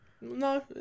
No